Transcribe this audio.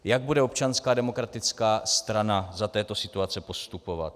Jak bude Občanská demokratická strana za této situace postupovat?